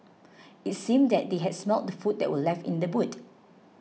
it seemed that they had smelt the food that were left in the boot